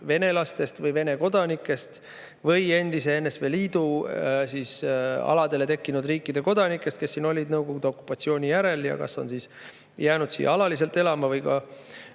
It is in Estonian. venelastest, Vene kodanikest või endise NSV Liidu aladele tekkinud riikide kodanikest, kes siin olid Nõukogude okupatsiooni järel ja on jäänud siia alaliselt elama või kes